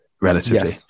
relatively